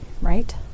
right